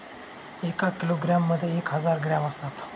एका किलोग्रॅम मध्ये एक हजार ग्रॅम असतात